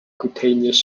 cutaneous